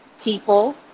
People